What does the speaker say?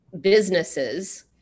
businesses